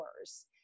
hours